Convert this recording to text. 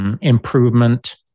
improvement